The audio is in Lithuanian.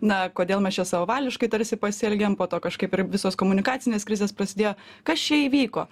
na kodėl mes čia savavališkai tarsi pasielgėm po to kažkaip ir visos komunikacinės krizės prasidėjo kas čia įvyko